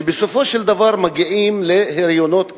ובסופו של דבר מגיעים להריונות כאלה,